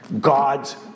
God's